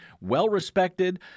well-respected